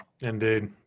Indeed